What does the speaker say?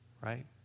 Right